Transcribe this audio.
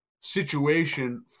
situation